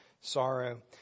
sorrow